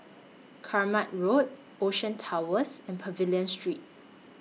Kramat Road Ocean Towers and Pavilion Street